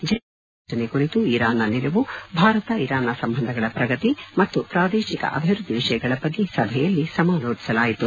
ಜಂಟಿ ಸಮಗ್ರ ತ್ರಿಯಾ ಯೋಜನೆ ಕುರಿತು ಇರಾನ್ನ ನಿಲುವು ಭಾರತ ಇರಾನ್ನ ಸಂಬಂಧಗಳ ಪ್ರಗತಿ ಮತ್ತು ಪ್ರಾದೇಶಿಕ ಅಭಿವೃದ್ಧಿ ವಿಷಯಗಳ ಬಗ್ಗೆ ಸಭೆಯಲ್ಲಿ ಸಮಾಲೋಚಿಸಲಾಯಿತು